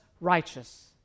righteous